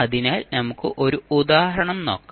അതിനാൽ നമുക്ക് ഒരു ഉദാഹരണം നോക്കാം